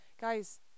guys